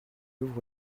ouvre